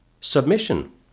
submission